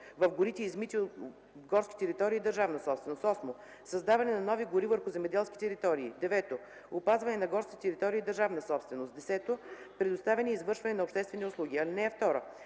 в горите и земите в горските територии – държавна собственост; 8. създаване на нови гори върху земеделски територии; 9. опазване на горските територии – държавна собственост; 10. предоставяне и извършване на обществени услуги. (2)